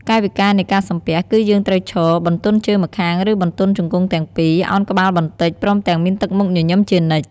កាយវិការនៃការសំពះ គឺយើងត្រូវឈរ បន្ទន់ជើងម្ខាងឬបន្ទន់ជង្គង់ទាំងពីរ ឱនក្បាលបន្តិច ព្រមទាំងមានទឹកមុខញញឹមជានិច្ច។